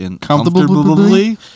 Comfortably